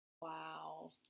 Wow